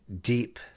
deep